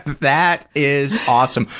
that is awesome.